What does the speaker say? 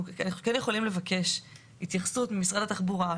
אנחנו יכולים לבקש התייחסות ממשרד התחבורה,